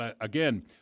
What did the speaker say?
Again